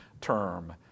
term